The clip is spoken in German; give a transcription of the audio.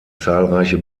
zahlreiche